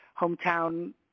hometown